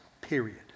Period